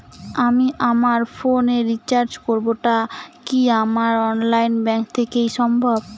আমি আমার ফোন এ রিচার্জ করব টা কি আমার অনলাইন ব্যাংক থেকেই সম্ভব?